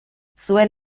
zuen